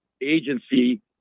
agency